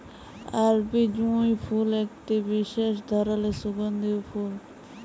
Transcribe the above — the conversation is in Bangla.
আরবি জুঁই ফুল একটি বিসেস ধরলের সুগন্ধিও ফুল